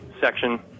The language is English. section